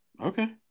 Okay